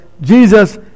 Jesus